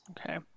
Okay